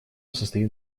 состоит